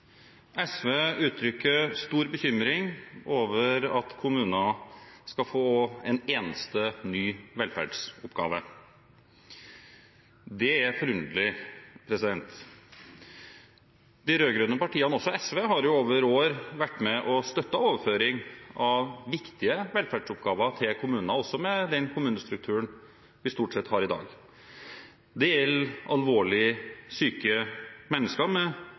SV uttrykker stor bekymring for at kommuner skal få én eneste ny velferdsoppgave. Det er forunderlig. De rød-grønne partiene, også SV, har jo over år vært med og støttet overføring av viktige velferdsoppgaver til kommuner – også med den kommunestrukturen vi stort sett har i dag. Det gjelder også mennesker